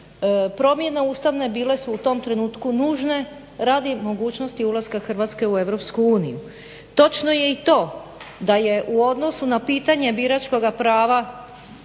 promjene ustavne bile su u tom trenutku nužne radi mogućnosti ulaska Hrvatske u EU. Točno je i to da je u odnosu na pitanje biračkoga prava